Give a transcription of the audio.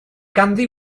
ganddi